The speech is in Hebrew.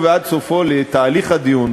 וייתכן שמירי רגב תשתכנע,